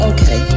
Okay